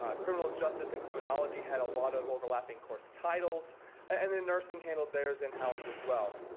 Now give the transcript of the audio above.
ah criminal justice and criminology had a lot of overlapping course titles and then nursing handled theirs in house as well.